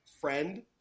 friend